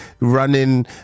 running